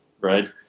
right